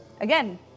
again